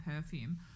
perfume